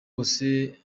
bose